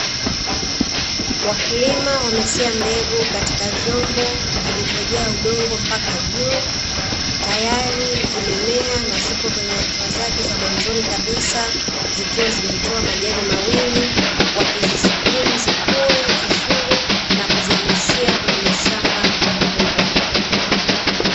Wakulima wametia mbegu katika vyombo vilivyojaa udongo mpaka juu, tayari zimemea na zipo kwenye hatua zake za mwanzoni kabisa zikiwa zimetoa majani mawili wakizisubiri zikuwe vizuri na kuzihamishia kwenye mashamba makubwa.